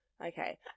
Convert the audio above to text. Okay